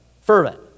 Fervent